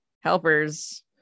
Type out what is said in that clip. helpers